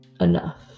enough